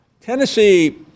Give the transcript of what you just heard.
Tennessee